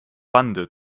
bande